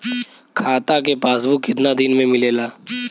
खाता के पासबुक कितना दिन में मिलेला?